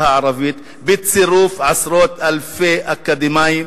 הערבית בצירוף עשרות אלפי אקדמאים